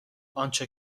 آنچه